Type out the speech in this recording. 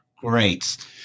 great